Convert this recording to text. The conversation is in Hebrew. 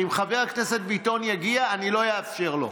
אם חבר הכנסת ביטון יגיע, אני לא אאפשר לו.